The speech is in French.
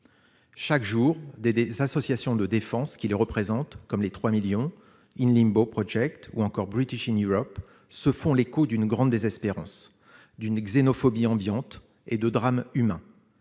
Chaque jour, des associations de défense qui les représentent, comme The3million, In Limbo Project ou encore British in Europe, se font l'écho d'une grande désespérance, d'une xénophobie ambiante et de drames humains.